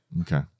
Okay